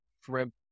shrimp